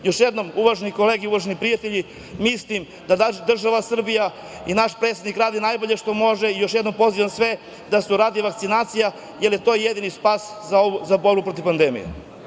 Još jednom uvažene kolege i prijatelji, mislim da država Srbija i naš predsednik rade najbolje što mogu i još jednom pozivam sve da se uradi vakcinacija, jer je to jedini spas za borbu protiv pandemije.